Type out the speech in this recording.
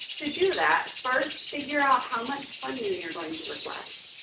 to do that, first figure out how much funding you're going to request.